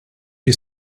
you